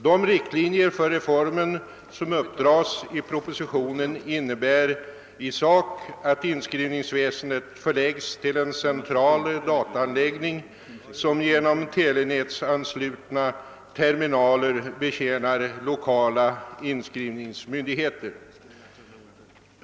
De riktlinjer för reformen som uppdras i propositionen innebär i sak att inskrivningsväsendet förläggs till en central dataanläggning, som genom telenätsanslutna terminaler betjänar lokala inskrivningsmyndigheter.